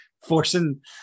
Forcing